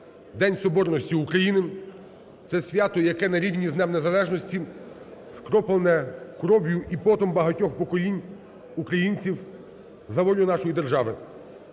День соборності України. Це свято, яке на рівні з Днем незалежності, скроплене потом і кров'ю багатьох поколінь українців за волю нашої держави.